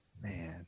Man